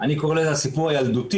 אני קורא לזה הסיפור הילדותי,